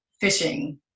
fishing